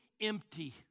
empty